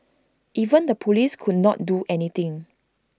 even the Police could not do anything